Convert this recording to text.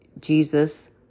Jesus